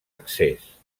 accés